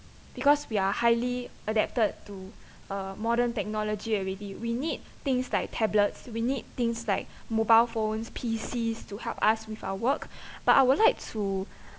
because we are highly adapted to uh modern technology already we need things like tablets we need things like mobile phones P_Cs to help us with our work but I would like to